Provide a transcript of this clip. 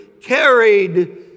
carried